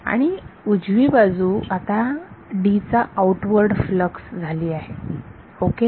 आणि उजवी बाजू आता D चा आऊटवर्ड फ्लक्स झाली आहे ओके